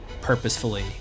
purposefully